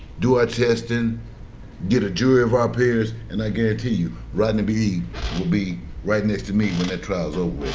do our testing get a jury of our peers, and i guarantee you rodney will be right next to me when that trial's over with,